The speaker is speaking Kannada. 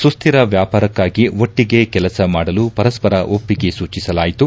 ಸುಸ್ಲಿರ ವ್ಯಾಪಾರಕ್ಕಾಗಿ ಒಟ್ಟಿಗೆ ಕೆಲಸ ಮಾಡಲು ಪರಸ್ಪರ ಒಪ್ಪಿಗೆ ಸೂಚಿಸಲಾಯಿತು